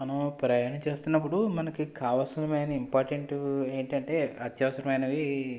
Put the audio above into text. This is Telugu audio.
మనం ప్రయాణం చేస్తున్నప్పుడు మనకు కావాల్సినమైనవి ఇంపార్టెంట్ ఏమిటంటే అత్యవసరమైనవి